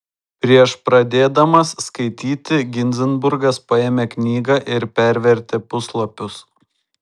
prieš pradėdamas skaityti ginzburgas paėmė knygą ir pervertė puslapius